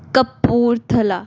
Kapurthala